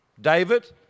David